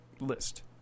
list